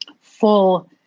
full